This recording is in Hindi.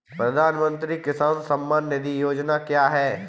प्रधानमंत्री किसान सम्मान निधि योजना क्या है?